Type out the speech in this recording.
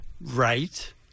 Right